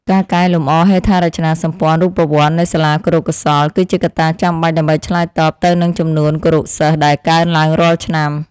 ការកែលម្អហេដ្ឋារចនាសម្ព័ន្ធរូបវន្តនៃសាលាគរុកោសល្យគឺជាកត្តាចាំបាច់ដើម្បីឆ្លើយតបទៅនឹងចំនួនគរុសិស្សដែលកើនឡើងរាល់ឆ្នាំ។